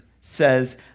says